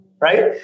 Right